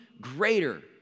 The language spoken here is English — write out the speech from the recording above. greater